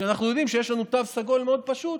כשאנחנו יודעים שיש לנו תו סגול מאוד פשוט,